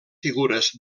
figures